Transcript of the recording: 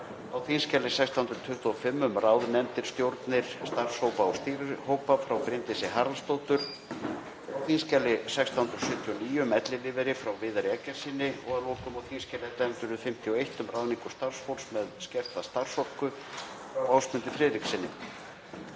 á þskj. 1625, um ráð, nefndir, stjórnir, starfshópa og stýrihópa, frá Bryndísi Haraldsdóttur, á þskj. 1679, um ellilífeyri, frá Viðari Eggertssyni, og að lokum á þskj. 1151, um ráðningu starfsfólks með skerta starfsorku, frá Ásmundi Friðrikssyni.